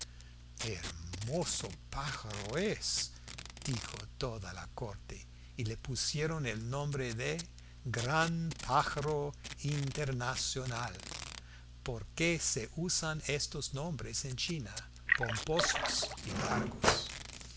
japón hermoso pájaro es dijo toda la corte y le pusieron el nombre de gran pájaro internacional porque se usan estos nombres en china pomposos y largos